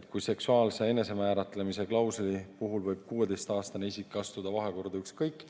et kui seksuaalse enesemääratlemise klausli puhul võib 16‑aastane isik astuda vahekorda ükskõik